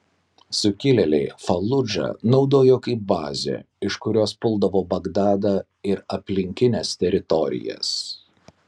sukilėliai faludžą naudojo kaip bazę iš kurios puldavo bagdadą ir aplinkines teritorijas